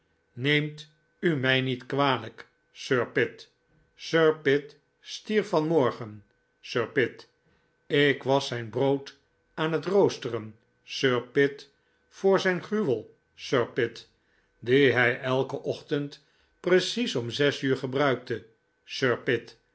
neemt u mij niet kwalijk sir pitt sir pitt stierf van morgen sir pitt ik was zijn brood aan het roosteren sir pitt voor zijn gruwel sir pitt die hij elken ochtend precies om zes uur gebruikte